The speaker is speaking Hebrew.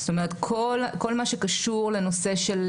זאת אומרת, כל מה שקשור לנושא של